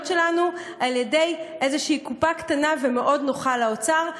שלנו על-ידי איזושהי קופה קטנה ומאוד נוחה לאוצר,